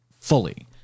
fully